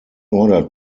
order